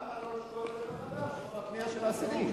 למה לא לשקול את זה מחדש, לאור הפנייה של האסירים?